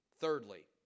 Thirdly